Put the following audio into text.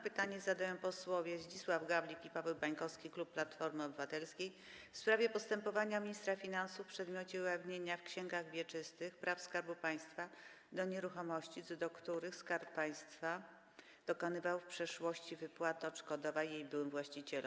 Pytanie zadają posłowie Zdzisław Gawlik i Paweł Bańkowski, klub Platformy Obywatelskiej, w sprawie postępowania ministra finansów w przedmiocie ujawnienia w księgach wieczystych praw Skarbu Państwa do nieruchomości, co do których Skarb Państwa dokonywał w przeszłości wypłaty odszkodowań jej byłym właścicielom.